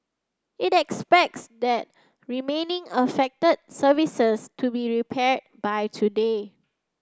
it expects the remaining affected services to be repaired by today